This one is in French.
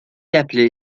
appelé